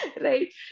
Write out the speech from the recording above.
right